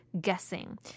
guessing